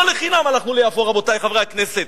לא לחינם הלכנו ליפו, רבותי חברי הכנסת.